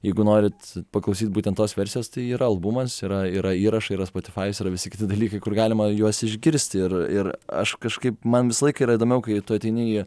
jeigu norit paklausyt būtent tos versijos tai yra albumas yra yra įrašai yra spotifajus yra visi kiti dalykai kur galima juos išgirsti ir ir aš kažkaip man visą laiką yra įdomiau kai tu ateini į